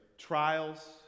trials